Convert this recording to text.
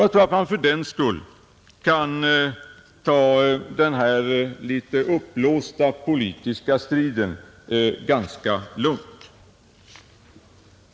Jag tror att man sålunda kan ta den här litet uppblåsta politiska striden ganska lugnt.